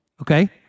Okay